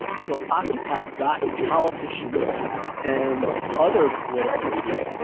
so occupy got politicians and other political leaders,